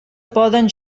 poden